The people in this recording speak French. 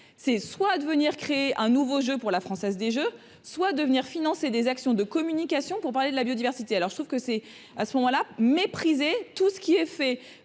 c'est soit à devenir créer un nouveau jeu pour la Française des Jeux, soit devenir financer des actions de communication pour parler de la biodiversité, alors je trouve que c'est à ce moment-là, tout ce qui est fait